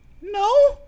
no